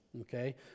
okay